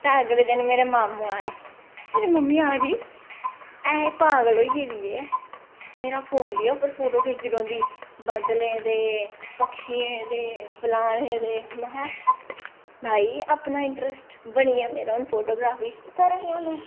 ते अगले दिन मेरे मामू आए फिर मम्मी आखदी ऐं पागल होई गेदी ऐ मेरा फोन लेइयै उप्पर फोटो खिच्चदी रौंह्दी बदलें दे पक्षियें दे फलाने दे महां भाई अपना इंट्रस्ट बनी गेआ मेरा हून फोटोग्राफी च थोह्ड़ा केह् ऐ